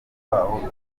babona